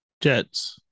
Jets